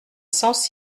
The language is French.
sens